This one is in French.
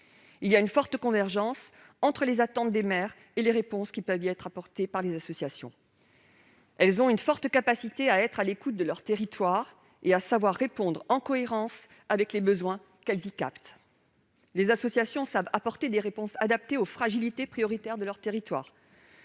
Il y a une forte convergence entre les attentes des maires et les réponses que peuvent y apporter les associations. Ces dernières ont une forte capacité à être à l'écoute de leur territoire et à savoir répondre en cohérence avec les besoins qu'elles y captent. Les associations savent apporter des réponses adaptées aux fragilités prioritaires de leur territoire